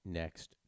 next